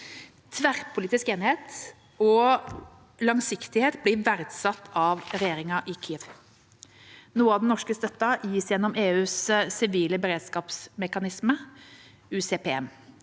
Tverrpolitisk enighet og langsiktighet blir verdsatt av regjeringa i Kyiv. Noe av den norske støtten gis gjennom EUs sivile beredskapsmekanisme, UCPM.